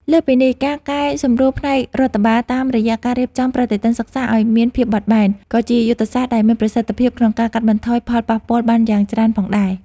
លើសពីនេះ ការកែសម្រួលផ្នែករដ្ឋបាលតាមរយៈការរៀបចំប្រតិទិនសិក្សាឱ្យមានភាពបត់បែន ក៏ជាយុទ្ធសាស្ត្រដែលមានប្រសិទ្ធភាពក្នុងការកាត់បន្ថយផលប៉ះពាល់បានយ៉ាងច្រើនផងដែរ។